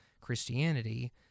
christianity